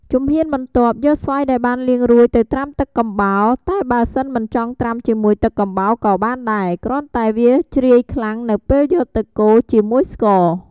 ជំហានបន្ទាប់ យកស្វាយដែលបានលាងរួចទៅត្រាំទឹកកំបោរ តែបើសិនមិនចង់ត្រាំជាមួយទឹកកំបោរក៏បានដែរ គ្រាន់តែវាជ្រាយខ្លាំងនៅពេលយកទៅកូរជាមួយស្ករ។